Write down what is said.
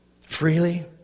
freely